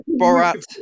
Borat